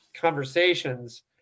conversations